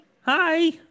Hi